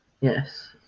Yes